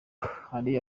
hari